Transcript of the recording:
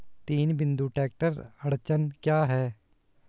तीन बिंदु ट्रैक्टर अड़चन क्या है?